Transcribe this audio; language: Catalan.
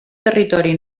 territori